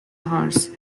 horse